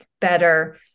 better